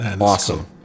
Awesome